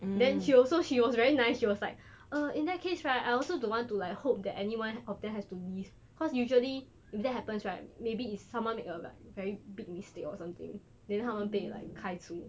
then she also she was very nice she was like uh in that case right I also don't want to like hope that anyone of them has to leave cause usually if that happens right maybe it's someone make a like very big mistake or something then 他们被 like 开除